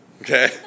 okay